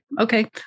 Okay